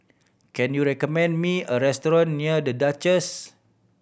can you recommend me a restaurant near The Duchess